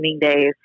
days